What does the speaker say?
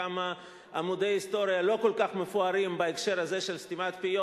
כמה עמודי היסטוריה לא כל כך מפוארים בהקשר הזה של סתימת פיות.